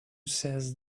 says